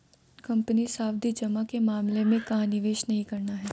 Company सावधि जमा के मामले में कहाँ निवेश नहीं करना है?